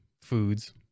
foods